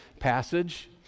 passage